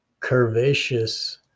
curvaceous